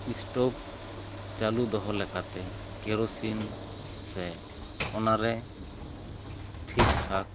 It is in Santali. ᱮᱥᱴᱚᱯ ᱪᱟᱹᱞᱩ ᱫᱚᱦᱚ ᱞᱮᱠᱟᱛᱮ ᱠᱮᱨᱚᱥᱤᱱ ᱥᱮ ᱚᱱᱟ ᱨᱮ ᱴᱷᱤᱠ ᱴᱷᱟᱠ